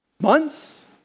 Months